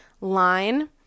line